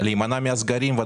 להימנע מסגרים.